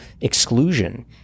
exclusion